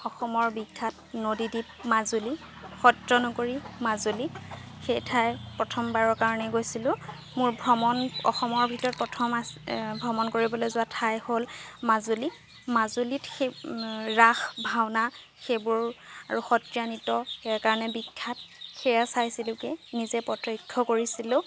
অসমৰ বিখ্যাত নদীদ্বিপ মাজুলী সত্ৰ নগৰী মাজুলী সেই ঠাই প্ৰথমবাৰৰ কাৰণে গৈছিলো মোৰ ভ্ৰমণ অসমৰ ভিতৰত প্ৰথম আছি ভ্ৰমণ কৰিবলৈ যোৱা ঠাই হ'ল মাজুলী মাজুলীত সেই ৰাস ভাওনা সেইবোৰ আৰু সত্ৰীয়া নৃত্য সেই কাৰণে বিখ্যাত সেয়া চাইছিলোগৈ নিজে প্ৰত্যক্ষ কৰিছিলো